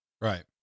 right